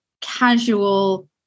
casual